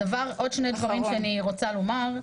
אני רוצה לומר עוד שני דברים.